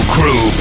Crew